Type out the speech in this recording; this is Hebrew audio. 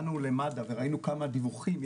הגענו למד"א כדי לברר כמה דיווחים,